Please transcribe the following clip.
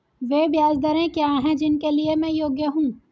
वे ब्याज दरें क्या हैं जिनके लिए मैं योग्य हूँ?